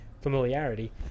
familiarity